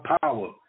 power